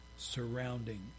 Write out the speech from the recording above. surrounding